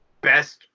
best